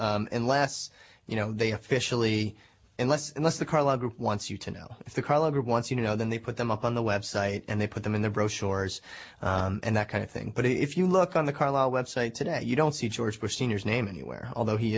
knows unless you know they officially unless unless the carlyle group wants you to know if the carlow group wants you know then they put them up on the website and they put them in the brochures and that kind of thing but if you look on the carlisle website today you don't see george bush senior's name anywhere although he